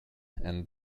and